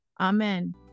amen